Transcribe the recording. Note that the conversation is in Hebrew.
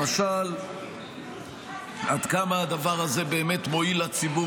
למשל עד כמה הדבר הזה באמת מועיל לציבור